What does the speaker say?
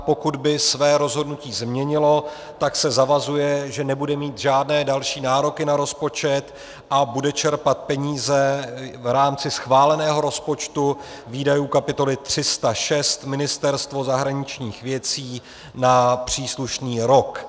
Pokud by své rozhodnutí změnilo, zavazuje se, že nebude mít žádné další nároky na rozpočet a bude čerpat peníze v rámci schváleného rozpočtu výdajů kapitoly 306 Ministerstvo zahraničních věcí na příslušný rok.